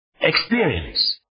experience